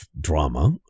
drama